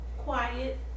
quiet